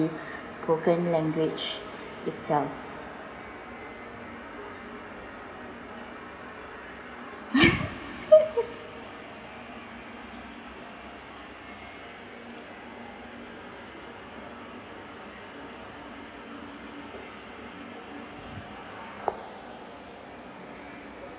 spoken language itself